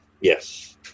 yes